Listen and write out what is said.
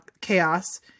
chaos